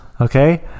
okay